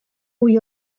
mwy